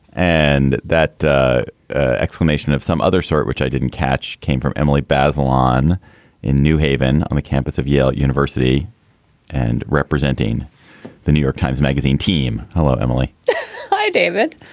and that exclamation of some other sort, which i didn't catch, came from emily bazelon in new haven on the campus of yale university and representing the new york times magazine team. hello, emily hi, david.